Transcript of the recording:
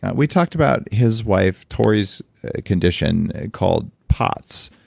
and we talked about his wife tori's condition called pots,